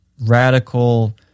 radical